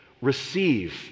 receive